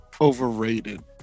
overrated